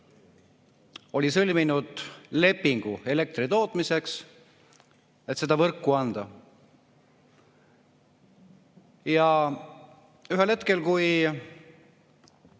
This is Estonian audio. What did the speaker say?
oli sõlminud lepingu elektri tootmiseks, et seda võrku anda. Ühel hetkel,